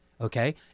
okay